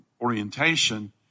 orientation